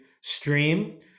stream